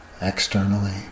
externally